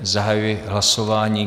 Zahajuji hlasování.